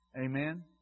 Amen